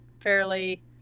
fairly